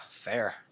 Fair